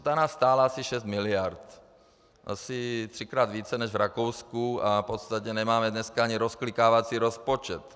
Ta nás stála asi 6 mld, asi třikrát více než v Rakousku, a v podstatě nemáme dneska ani rozklikávací rozpočet.